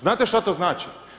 Znate što to znači?